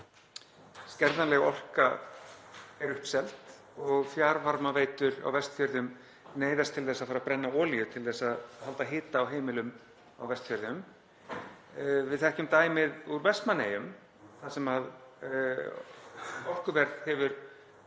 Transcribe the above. skerðanleg orka er uppseld og fjarvarmaveitur á Vestfjörðum neyðast til þess að fara að brenna olíu til að halda hita á heimilum á Vestfjörðum. Við þekkjum dæmið úr Vestmannaeyjum þar sem orkuverð hefur